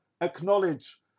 acknowledge